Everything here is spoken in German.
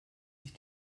sich